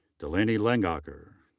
delaney lengacher.